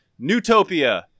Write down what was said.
Newtopia